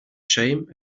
shame